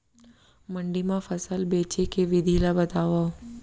मंडी मा फसल बेचे के विधि ला बतावव?